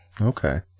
Okay